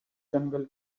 jungle